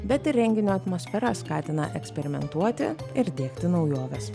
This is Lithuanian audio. bet ir renginio atmosfera skatina eksperimentuoti ir diegti naujoves